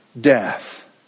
death